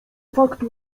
faktu